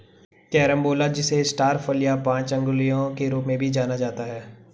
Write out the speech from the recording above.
carambola जिसे star फल या पांच अंगुलियों के रूप में भी जाना जाता है